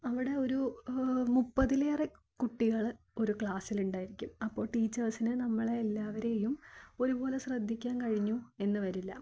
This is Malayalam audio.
അവിടെ ഒരു മുപ്പതിലേറെ കുട്ടികൾ ഒരു ക്ലാസിലുണ്ടായിരിക്കും അപ്പോൾ ടീച്ചേഴ്സിനു നമ്മളെ എല്ലാവരെയും ഒരുപോലെ ശ്രദ്ധിക്കാൻ കഴിഞ്ഞു എന്നു വരില്ല